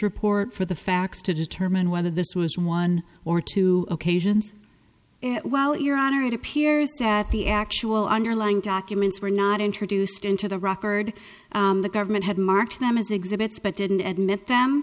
report for the facts to determine whether this was one or two occasions well your honor it appears that the actual underlying documents were not introduced into the record the government had marked them as exhibits but didn't admit them